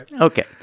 Okay